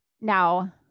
Now